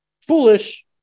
Foolish